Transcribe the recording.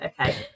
Okay